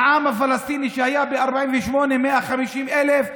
העם הפלסטיני, ב-48' היה 150,000,